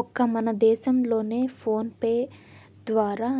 ఒక్క మన దేశం లోనే ఫోనేపే ద్వారా